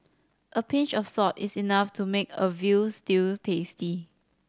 a pinch of salt is enough to make a veal stew tasty